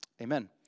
Amen